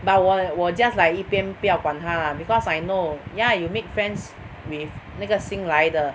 but 我我 just like 一边不要管她 because I know yeah you make friends with 那个新来的